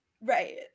Right